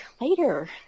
later